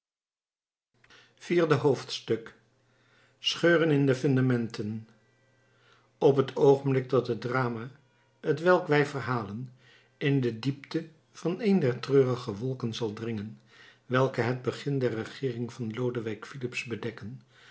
vierde hoofdstuk scheuren in de fundamenten op het oogenblik dat het drama t welk wij verhalen in de diepte van een der treurige wolken zal dringen welke het begin der regeering van lodewijk filips bedekken